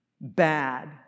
bad